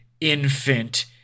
infant